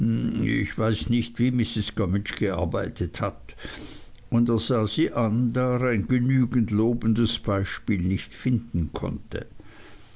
ich weiß nicht wie mrs gummidge gearbeitet hat und er sah sie an da er ein genügend lobendes beispiel nicht finden konnte